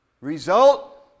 Result